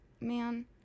Man